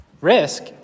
Risk